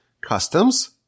customs